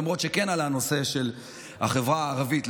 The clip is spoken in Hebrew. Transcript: למרות שכן עלה הנושא של החברה הערבית,